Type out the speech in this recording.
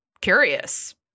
curious